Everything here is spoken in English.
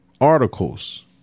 articles